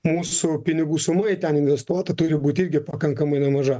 mūsų pinigų sumoj ten investuota turi būti irgi pakankamai nemaža